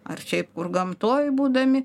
ar šiaip kur gamtoj būdami